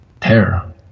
terror